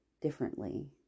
differently